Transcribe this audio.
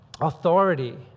authority